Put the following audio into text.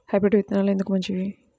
Hybrid విత్తనాలు ఎందుకు మంచిది?